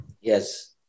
Yes